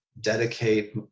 dedicate